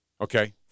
Okay